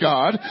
God